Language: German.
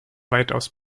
weitaus